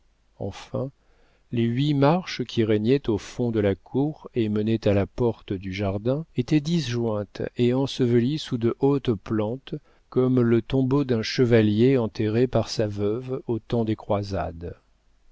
enfin les huit marches qui régnaient au fond de la cour et menaient à la porte du jardin étaient disjointes et ensevelies sous de hautes plantes comme le tombeau d'un chevalier enterré par sa veuve au temps des croisades